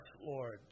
Lord